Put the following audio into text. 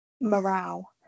morale